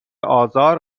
آزار